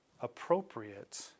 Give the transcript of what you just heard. appropriate